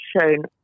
shown